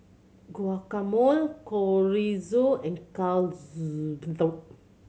Guacamole Chorizo and